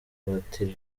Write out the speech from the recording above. batiri